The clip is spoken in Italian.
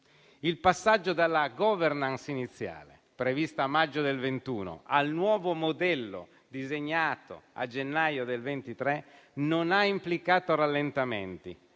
Il passaggio dalla *governance* iniziale, prevista a maggio del 2021, al nuovo modello disegnato a gennaio del 2023, non ha implicato rallentamenti,